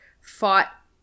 fought